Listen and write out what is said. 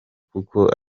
kuko